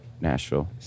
nashville